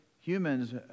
humans